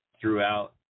throughout